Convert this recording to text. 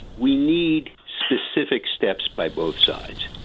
we need specific steps by both sides.